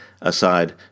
aside